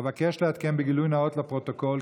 אבקש לעדכן בגילוי נאות לפרוטוקול,